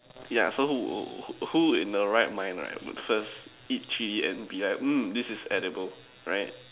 yeah so who in the right mind right would first eat chilli and be like mm this is edible right